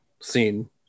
scene